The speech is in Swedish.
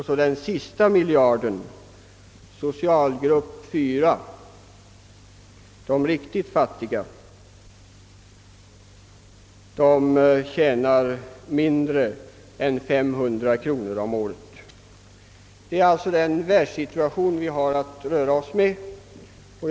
Så kommer den sista miljarden i socialgrupp 4, de riktigt fattiga, som tjänar mindre än 500 kronor om året. Detta är alltså den världssituation vi har att röra oss med.